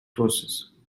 forces